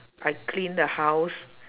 I clean the house